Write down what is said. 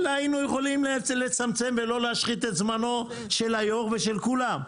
היינו יכולים לצמצם אותו ולא להשחית את זמנו של היו"ר ושל כולם.